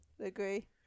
Agree